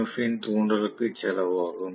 F இன் தூண்டலுக்கு செலவாகும்